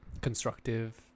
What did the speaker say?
constructive